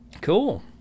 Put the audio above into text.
Cool